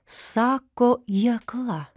sako ji akla